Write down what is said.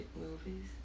movies